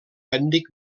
ètnic